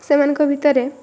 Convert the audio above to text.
ସେମାନଙ୍କ ଭିତରେ